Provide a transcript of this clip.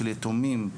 של יתומים,